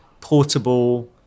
portable